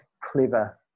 clever